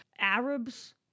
Arabs